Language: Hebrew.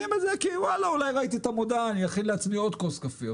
עושים כי אולי ראיתי את המודעה ואני אכין עוד כוס קפה.